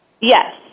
Yes